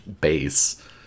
base